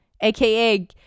aka